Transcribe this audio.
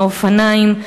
מהאופניים,